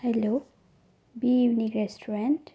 hello be unique restaurant